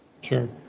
Sure